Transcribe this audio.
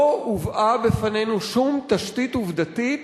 לא הובאה בפנינו שום תשתית עובדתית